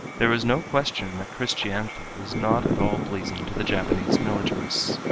there is no question that christianity is not at all pleasing to the japanese militarists.